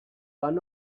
one